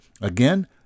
Again